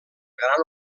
gran